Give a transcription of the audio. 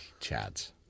chads